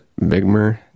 Bigmer